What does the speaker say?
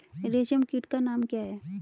रेशम कीट का नाम क्या है?